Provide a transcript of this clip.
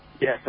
Yes